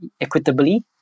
equitably